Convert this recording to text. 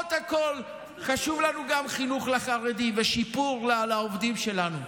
למרות הכול חשוב לנו גם חינוך לחרדים ושיפור לעובדים שלנו,